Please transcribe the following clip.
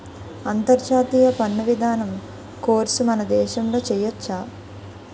అంతర్జాతీయ పన్ను విధానం కోర్సు మన దేశంలో చెయ్యొచ్చా